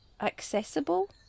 accessible